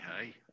hey